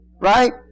right